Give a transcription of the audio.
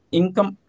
income